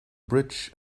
bridge